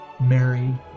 Mary